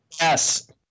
Yes